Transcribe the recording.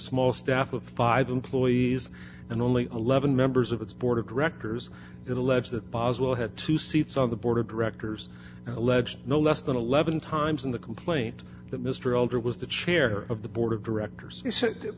small staff of five employees and only eleven members of its board of directors it alleged that boswell had two seats on the board of directors alleged no less than eleven times in the complaint that mr elder was the chair of the board of directors